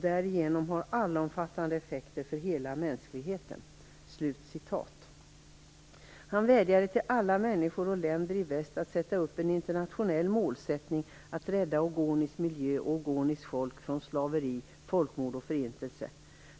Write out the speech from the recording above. Därigenom har den allomfattande effekter för hela mänskligheten. Han vädjade till alla människor och länder i väst att sätta upp en internationell målsättning att rädda Ogonis miljö och Ogonis folk från slaveri, folkmord och förintelse.